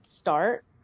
start